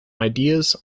ideas